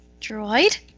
droid